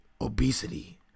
obesity